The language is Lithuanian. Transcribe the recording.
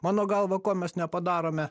mano galva ko mes nepadarome